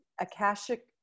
Akashic